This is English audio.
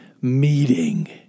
meeting